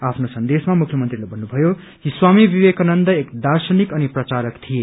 आफ्नो सन्देशमा मुख्यमन्त्रीले भन्नुभयो कि स्वामी विवेकानन्द एक दार्शनिक अनि प्रचारक थिए